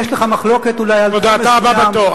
אתה הבא בתור.